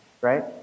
Right